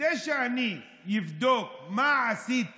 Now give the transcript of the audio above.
כדי שאני אבדוק מה עשיתי